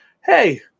Hey